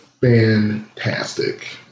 fantastic